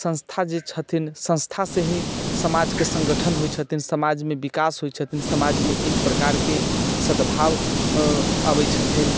सँस्था जे छथिन सँस्थासँ ही समाजके सङ्गठन होइत छथिन समाजमे विकास होइत छथिन समाजमे एक प्रकारके सद्भाव अबैत छथिन